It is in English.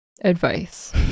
advice